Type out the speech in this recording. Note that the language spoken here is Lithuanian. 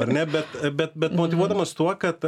ar ne bet bet bet motyvuodamas tuo kad